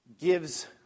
gives